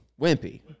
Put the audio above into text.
Wimpy